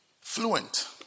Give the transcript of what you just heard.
Fluent